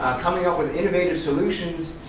coming up with innovative solutions,